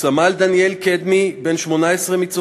סמל דניאל קדמי, בן 18, מצופים,